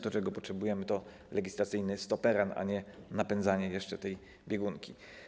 To, czego potrzebujemy, to legislacyjny stoperan, a nie napędzanie jeszcze tej biegunki.